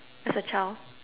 as a child